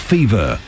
Fever